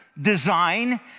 design